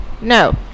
No